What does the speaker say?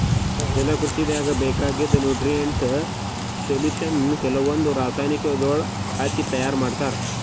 ಜಲಕೃಷಿದಾಗ್ ಬೇಕಾಗಿದ್ದ್ nutrient solution ಕೆಲವಂದ್ ರಾಸಾಯನಿಕಗೊಳ್ ಹಾಕಿ ತೈಯಾರ್ ಮಾಡ್ತರ್